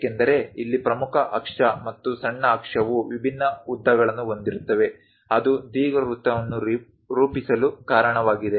ಏಕೆಂದರೆ ಇಲ್ಲಿ ಪ್ರಮುಖ ಅಕ್ಷ ಮತ್ತು ಸಣ್ಣ ಅಕ್ಷವು ವಿಭಿನ್ನ ಉದ್ದಗಳನ್ನು ಹೊಂದಿರುತ್ತವೆ ಅದು ದೀರ್ಘವೃತ್ತವನ್ನು ರೂಪಿಸಲು ಕಾರಣವಾಗಿದೆ